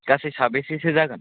गासै साबैसेसो जागोन